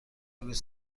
بگویید